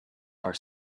are